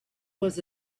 was